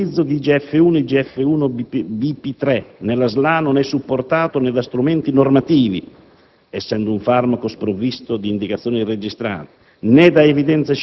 l'utilizzo di IGF-1 e di IGF-1/BP3 nella SLA non è supportato né da strumenti normativi (essendo un farmaco sprovvisto di indicazioni registrate),